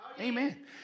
Amen